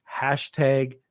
hashtag